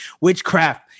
witchcraft